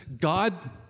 God